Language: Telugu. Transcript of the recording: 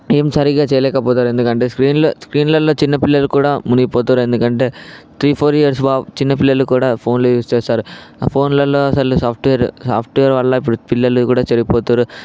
ఏం సరిగా చేయలేక పోతారు ఎందుకంటే స్క్రీన్లో స్క్రీన్లల్లో చిన్న పిల్లలు కూడా మునిగిపోతారు ఎందుకంటే త్రీ ఫోర్ ఇయర్స్ బా చిన్నపిల్లలు కూడా ఫోన్ యూస్ చేస్తారు ఆ ఫోన్లలో అసలు సాఫ్ట్వేర్ సాఫ్ట్వేర్ వల్ల ఇప్పుడు పిల్లలు కూడా చెడిపోతున్నారు